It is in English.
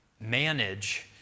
manage